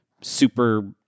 super